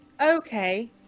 Okay